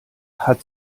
hat